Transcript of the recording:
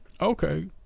Okay